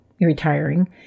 retiring